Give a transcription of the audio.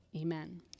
Amen